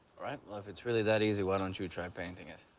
alright. well, if it's really that easy, why don't you try painting it?